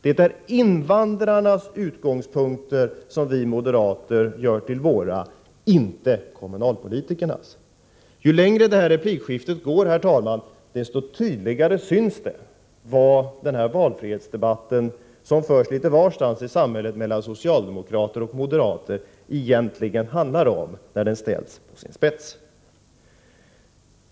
Det är invandrarnas utgångspunkter som vi moderater gör till våra — inte kommunalpolitikernas. Ju längre det här replikskiftet fortgår, herr talman, desto tydligare syns det vad den valfrihetsdebatt som förs litet varstans i samhället mellan socialdemokrater och moderater egentligen handlar om, när det hela ställs på sin spets.